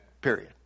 period